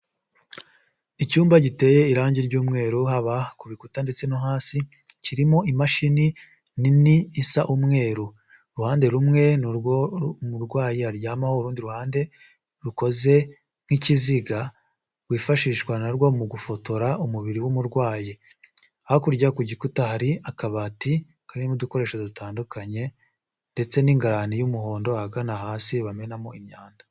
Icyumba giteye irangi ry'umweru haba ku bikuta ndetse no hasi, kirimo imashini nini isa umweru, uruhande rumwe ni urwo umurwayi aryamaho, urundi ruhande rukoze nk'ikiziga rwifashishwa na rwo mu gufotora umubiri w'umurwayi, hakurya ku gikuta hari akabati karimo udukoresho dutandukanye ndetse n'ingarane y'umuhondo ahagana hasi bamenamo imyanda.